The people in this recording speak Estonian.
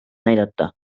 näidata